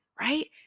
right